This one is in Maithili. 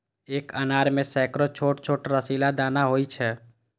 एक अनार मे सैकड़ो छोट छोट रसीला दाना होइ छै